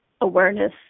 awareness